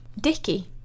dicky